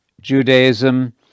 judaism